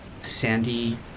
sandy